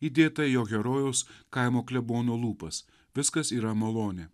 įdėta jo herojaus kaimo klebono lūpas viskas yra malonė